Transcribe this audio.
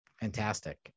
Fantastic